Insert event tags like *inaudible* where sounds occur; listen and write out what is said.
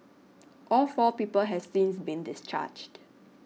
*noise* all four people have since been discharged